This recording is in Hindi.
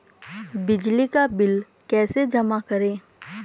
बिजली का बिल कैसे जमा करें?